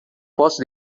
posso